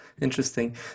Interesting